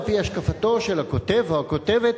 על-פי השקפתו של הכותב או הכותבת,